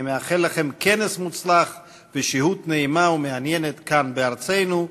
אני מאחל לכם כנס מוצלח ושהות נעימה ומעניינת בארצנו.